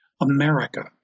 America